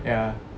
ya